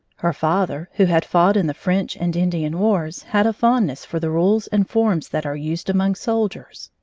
her father, who had fought in the french and indian wars, had a fondness for the rules and forms that are used among soldiers.